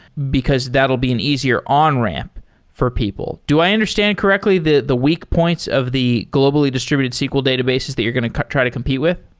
because that will be an easier onramp for people. do i understand correctly the the weak points of the globally distributed sql databases that you're going to try to compete with?